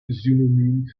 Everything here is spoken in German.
synonym